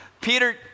Peter